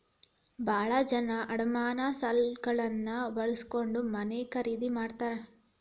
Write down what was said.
ಭಾಳ ಜನ ಅಡಮಾನ ಸಾಲಗಳನ್ನ ಬಳಸ್ಕೊಂಡ್ ಮನೆ ಖರೇದಿ ಮಾಡ್ತಾರಾ